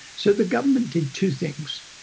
so the government did two things.